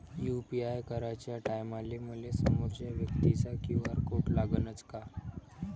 UPI कराच्या टायमाले मले समोरच्या व्यक्तीचा क्यू.आर कोड लागनच का?